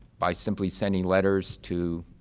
by simply sending letters to